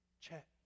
Chet